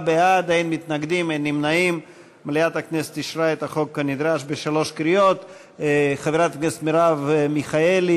אם כן, הצעת חוק לתיקון פקודת הראיות (מס' 16),